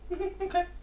okay